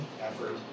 effort